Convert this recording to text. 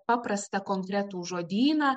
paprastą konkretų žodyną